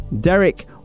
Derek